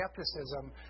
skepticism